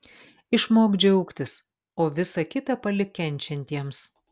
išmok džiaugtis o visa kita palik kenčiantiems